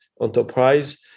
enterprise